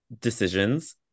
decisions